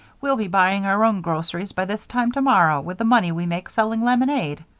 we'll be buying our own groceries by this time tomorrow with the money we make selling lemonade.